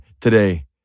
today